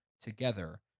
together